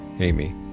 Amy